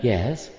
Yes